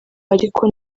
ariko